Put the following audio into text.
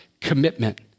commitment